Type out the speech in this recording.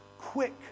quick